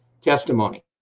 testimony